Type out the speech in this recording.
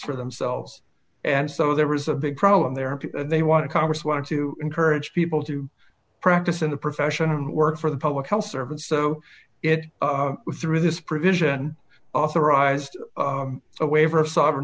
for themselves and so there is a big problem there they want to congress want to encourage people to practice in the profession and work for the public health service so it through this provision authorized a waiver of sovereign